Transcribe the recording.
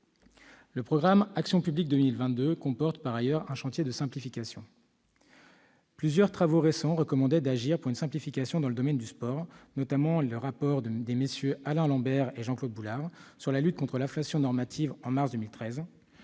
Le programme Action publique 2022 comporte par ailleurs un chantier de simplification. Plusieurs travaux récents recommandent d'agir pour une simplification dans le domaine du sport. Je citerai notamment le rapport de MM. Alain Lambert et Jean-Claude Boulard sur la lutte contre l'inflation normative, remis en mars 2013,